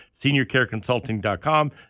SeniorCareConsulting.com